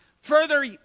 further